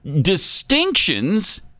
distinctions